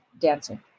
dancing